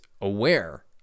aware